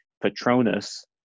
Patronus